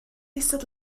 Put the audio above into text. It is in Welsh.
eistedd